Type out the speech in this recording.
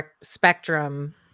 spectrum